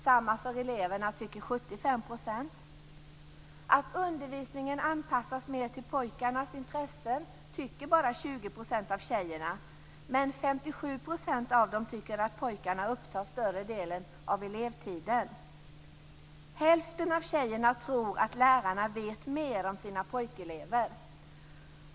75 % tycker att detsamma gäller för eleverna. Att undervisningen anpassas mer till pojkarnas intressen tycker bara 20 % av tjejerna, men 57 % av dem tycker att pojkarna upptar större delen av elevtiden. Hälften av tjejerna tror att lärarna vet mer om sina pojkelever.